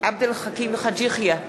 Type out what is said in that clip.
עבד אל חכים חאג' יחיא,